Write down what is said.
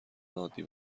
عادی